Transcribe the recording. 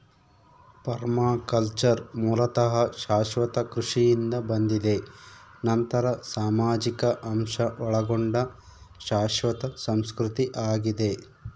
permaculture ಮೂಲತಃ ಶಾಶ್ವತ ಕೃಷಿಯಿಂದ ಬಂದಿದೆ ನಂತರ ಸಾಮಾಜಿಕ ಅಂಶ ಒಳಗೊಂಡ ಶಾಶ್ವತ ಸಂಸ್ಕೃತಿ ಆಗಿದೆ